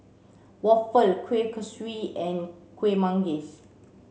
Waffle Kueh Kaswi and Kueh Manggis